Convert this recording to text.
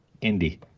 Indy